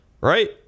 Right